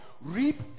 Reap